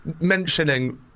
Mentioning